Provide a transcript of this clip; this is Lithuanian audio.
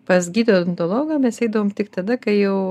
pas gydytoją odontologą mes eidavom tik tada kai jau